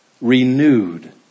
renewed